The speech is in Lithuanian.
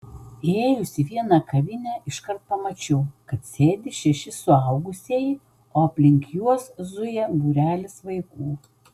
įėjus į vieną kavinę iškart pamačiau kad sėdi šeši suaugusieji o aplink juos zuja būrelis vaikų